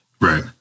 Right